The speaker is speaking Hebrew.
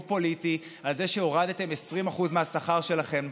פוליטי על זה שהורדתם 20% מהשכר שלכם.